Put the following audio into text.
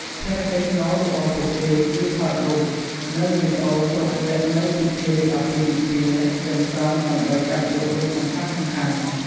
ភារកិច្ចស្នូលរបស់ពួកគេ គឺថតរូប និងវីដេអូគ្រប់វគ្គនៃពិធីរៀបអាពាហ៍ពិពាហ៍ទាំងស្រុងដើម្បីចាប់យករូបសំខាន់ៗ។